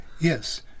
Yes